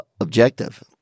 objective